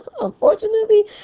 unfortunately